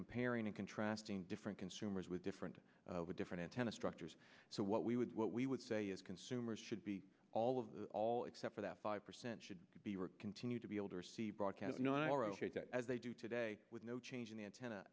comparing and contrasting different consumers with different with different antenna structures so what we would what we would say is consumers should be all of the all except for that five percent should be were continued to be able to receive broadcasts not our own as they do today with no change in the antenna